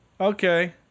okay